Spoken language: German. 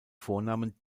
vornamen